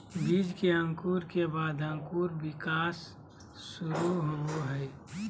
बीज के अंकुरण के बाद अंकुर विकास शुरू होबो हइ